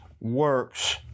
works